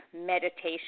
meditation